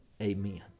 Amen